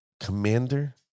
commander